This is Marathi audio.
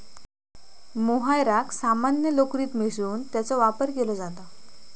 मोहायराक सामान्य लोकरीत मिसळून त्याचो वापर केलो जाता